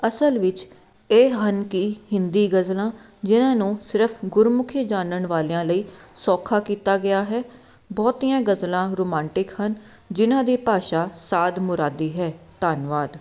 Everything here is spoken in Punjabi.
ਅਸਲ ਵਿੱਚ ਇਹ ਹਨ ਕਿ ਹਿੰਦੀ ਗਜ਼ਲਾਂ ਜਿਹਨਾਂ ਨੂੰ ਸਿਰਫ ਗੁਰਮੁਖੀ ਜਾਨਣ ਵਾਲਿਆਂ ਲਈ ਸੌਖਾ ਕੀਤਾ ਗਿਆ ਹੈ ਬਹੁਤੀਆਂ ਗਜ਼ਲਾਂ ਰੋਮਾਂਟਿਕ ਹਨ ਜਿਹਨਾਂ ਦੀ ਭਾਸ਼ਾ ਸਾਧ ਮੁਰਾਦੀ ਹੈ ਧੰਨਵਾਦ